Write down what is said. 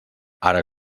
ara